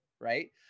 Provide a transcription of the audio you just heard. right